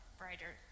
brighter